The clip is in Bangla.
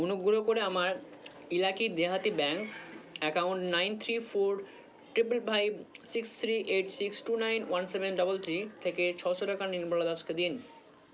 অনুগ্রহ করে আমার ইলাকি দেহাতি bank account nine three four triple five six three eight six two nine one seven double three থেকে ছয়শো টাকা নির্মলা দাসকে দিন